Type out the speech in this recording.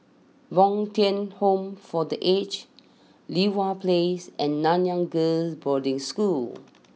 Bo Tien Home for the Aged Li Hwan place and Nanyang Girls' Boarding School